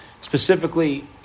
specifically